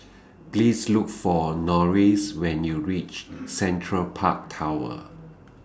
Please Look For Norris when YOU REACH Central Park Tower